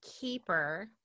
keeper